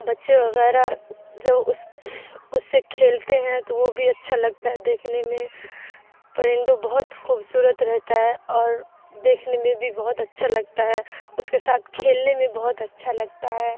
بچے وغیرہ جو اس سے کھیلتے ہیں تو وہ بھی اچھا لگتا ہے دیکھنے میں پرندوں بہت خوبصورت رہتا ہے اور دیکھنے میں بھی بہت اچھا لگتا ہے اس کے ساتھ کھیلنے میں بہت اچھا لگتا ہے